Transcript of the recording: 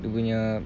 dia punya